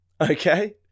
okay